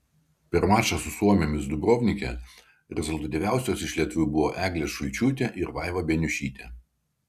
per mačą su suomėmis dubrovnike rezultatyviausios iš lietuvių buvo eglė šulčiūtė ir vaiva beniušytė